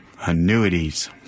Annuities